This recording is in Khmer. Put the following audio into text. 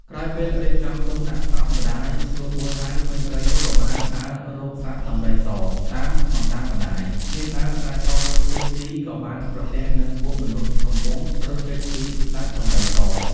ក្រោយពេលរៀបចំទុកដាក់សព ម្តាយស្រួលបួលហើយក្មេងស្រីនោះក៏បានដើររកសត្វដំរីសតាមបណ្តាំម្តាយ នាងដើរត្រាច់ចរគ្រប់ទិសទីក៏បានប្រទះនឹងពួកមនុស្សកំពុងរត់គេចពីស្តេចដំរីស។